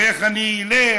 ואיך אני אלך,